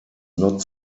not